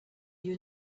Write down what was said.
you